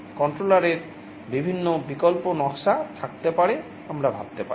কন্ট্রোলারের বিভিন্ন বিকল্প নকশা থাকতে পারে আমরা ভাবতে পারি